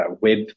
web